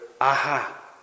aha